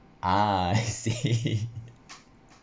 ah I see